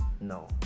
No